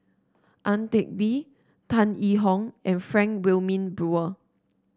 Ang Teck Bee Tan Yee Hong and Frank Wilmin Brewer